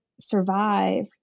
survive